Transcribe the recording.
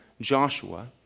Joshua